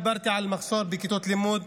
דיברתי על מחסור בכיתות לימוד,